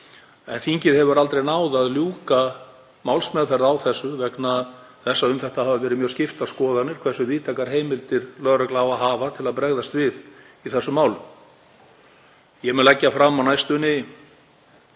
en þingið hefur aldrei náð að ljúka málsmeðferð á þessu vegna þess að um það hafa verið mjög skiptar skoðanir hversu víðtækar heimildir lögregla eigi að hafa til að bregðast við í þessum málum. Ég mun leggja fram á næstunni